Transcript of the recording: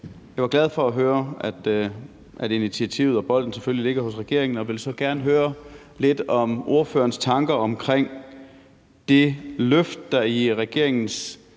Jeg var glad for at høre, at initiativet og bolden selvfølgelig ligger hos regeringen, og jeg vil så gerne høre lidt om ordførerens tanker omkring det løft, der ligger i regeringens